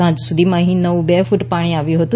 સાંજ સુધીમાં અહી નવું બે કુટ પાણી આવ્યું હતુ